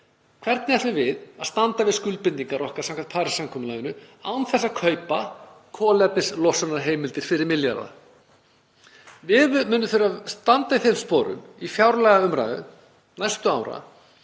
Hvernig ætlum við að standa við skuldbindingar okkar samkvæmt Parísarsamkomulaginu án þess að kaupa kolefnislosunarheimildir fyrir milljarða? Við munum þurfa að standa í þeim sporum í fjárlagaumræðu næstu ára